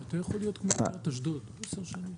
נדירה של כל משרדי הממשלה.